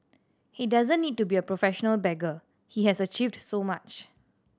he doesn't need to be a professional beggar he has achieved so much